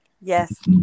Yes